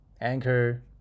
Anchor